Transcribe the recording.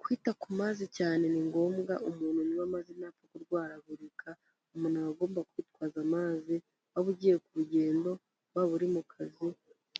Kwita ku mazi cyane ni ngombwa. Umuntu niba amaze imyaka arwaragurika, umuntu aba agomba kwitwaza amazi, waba ugiye ku rugendo, waba uri mu kazi,